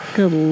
Good